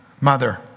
mother